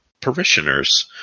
parishioners